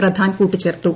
പ്രധാൻ കൂട്ടിച്ചേർത്തു